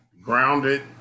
grounded